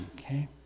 Okay